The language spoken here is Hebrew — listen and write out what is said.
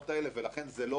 ולכן זה לא העתק-הדבק.